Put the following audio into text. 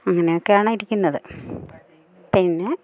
അങ്ങനെയൊക്കെയാണ് ഇരിക്കുന്നത് പിന്നെ